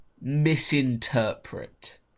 misinterpret